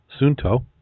Sunto